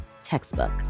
textbook